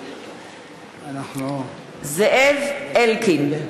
אני זאב אלקין,